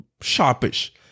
sharpish